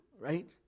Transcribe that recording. right